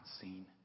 seen